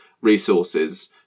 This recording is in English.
resources